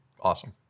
Awesome